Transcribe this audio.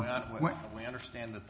we understand th